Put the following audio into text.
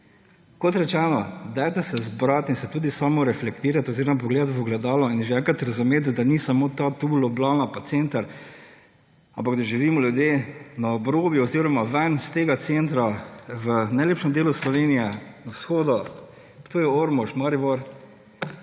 Kot rečeno, dajte se zbrati in se samoreflektirati oziroma pogledati v ogledalo in že enkrat razumeti, da nista samo Ljubljana pa center, ampak živimo ljudje na obrobju oziroma ven iz tega centra, v najlepšem delu Slovenije na vzhodu, Ptuj, Ormož, Maribor.